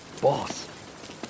boss